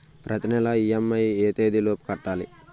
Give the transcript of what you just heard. ప్రతినెల ఇ.ఎం.ఐ ఎ తేదీ లోపు కట్టాలి?